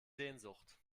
sehnsucht